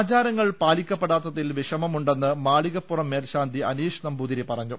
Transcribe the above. ആചാരങ്ങൾ പാലിക്കപ്പെടാത്തിൽ വിഷമമുണ്ടെന്ന് മാളികപ്പുറം മേൽശാ ന്തി അനീഷ് നമ്പൂതിരി പറഞ്ഞു